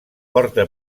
porta